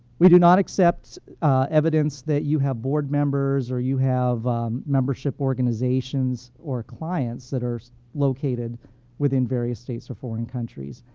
we do not accept evidence that you have board members, or you have membership organizations, or clients that are located within various states or foreign countries.